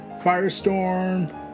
Firestorm